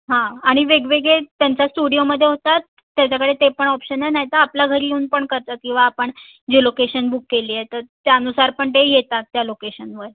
हां आणि वेगवेगळे त्यांच्या स्टुडियोमध्ये होतात त्याच्याकडे ते पण ऑप्शन आहे नाही तर आपल्या घरी येऊन पण करतात किंवा आपण जे लोकेशन बुक केली आहे तर त्यानुसार पण ते येतात त्या लोकेशनवर